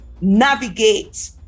navigate